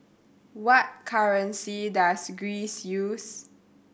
what currency does Greece use